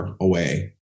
away